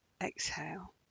exhale